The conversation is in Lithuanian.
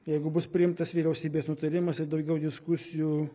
jeigu bus priimtas vyriausybės nutarimas ir daugiau diskusijų